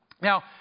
Now